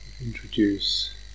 Introduce